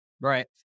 Right